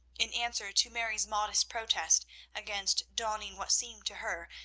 in answer to mary's modest protest against donning what seemed to her,